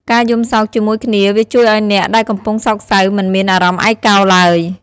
ការយំសោកជាមួយគ្នាវាជួយឱ្យអ្នកដែលកំពុងសោកសៅមិនមានអារម្មណ៍ឯកោឡើយ។